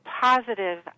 positive